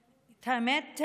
האמת,